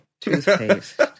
toothpaste